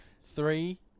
Three